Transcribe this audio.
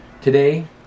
Today